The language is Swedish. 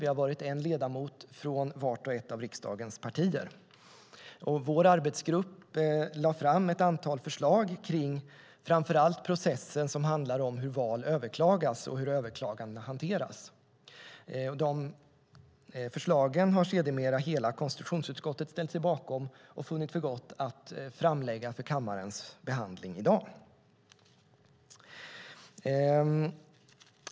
Vi har varit en ledamot från vart och ett av riksdagens partier. Vår arbetsgrupp lade fram ett antal förslag, framför allt om processen när det gäller hur val överklagas och hur överklagandena hanteras. De förslagen har sedermera hela konstitutionsutskottet ställt sig bakom och funnit för gott att framlägga för kammarens behandling i dag.